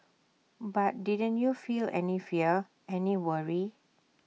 but didn't you feel any fear any worry